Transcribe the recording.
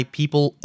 people